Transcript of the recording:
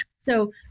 So-